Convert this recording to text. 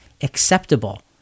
acceptable